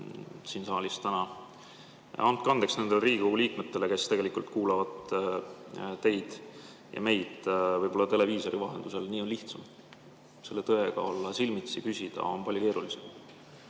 siin saalis täna. Andke andeks nendele Riigikogu liikmetele, kes tegelikult kuulavad teid ja meid võib-olla televiisori vahendusel. Nii on lihtsam, olla selle tõega silmitsi ja küsida on palju keerulisem.